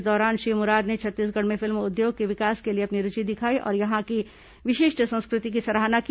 इस दौरान श्री मुराद ने छत्तीसगढ़ में फिल्म उद्योग के विकास के लिए अपनी रूचि दिखाई और यहां की विशिष्ट संस्कृति की सराहना की